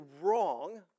wrong